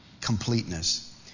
completeness